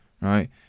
right